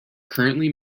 currently